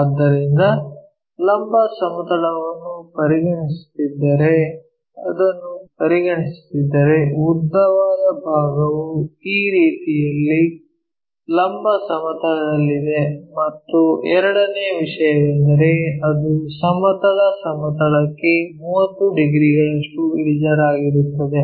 ಆದ್ದರಿಂದ ಲಂಬ ಸಮತಲವನ್ನು ಪರಿಗಣಿಸುತ್ತಿದ್ದರೆ ಇದನ್ನು ಪರಿಗಣಿಸುತ್ತಿದ್ದರೆ ಉದ್ದವಾದ ಭಾಗವು ಈ ರೀತಿಯಲ್ಲಿ ಲಂಬ ಸಮತಲದಲ್ಲಿದೆ ಮತ್ತು ಎರಡನೆಯ ವಿಷಯವೆಂದರೆ ಅದು ಸಮತಲ ಸಮತಲಕ್ಕೆ 30 ಡಿಗ್ರಿಗಳಷ್ಟು ಇಳಿಜಾರಾಗಿರುತ್ತದೆ